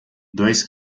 dois